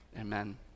Amen